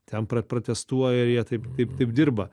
ten pra pratestuoja ir jie taip taip taip dirba